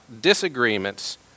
disagreements